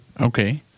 Okay